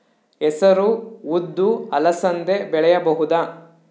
ಹೆಸರು ಉದ್ದು ಅಲಸಂದೆ ಬೆಳೆಯಬಹುದಾ?